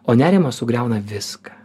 o nerimas sugriauna viską